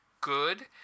good